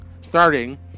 starting